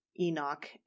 enoch